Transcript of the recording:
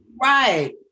Right